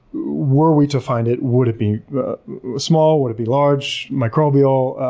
were we to find it, would it be small, would it be large, microbial,